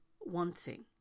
wanting